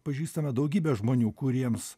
pažįstame daugybę žmonių kuriems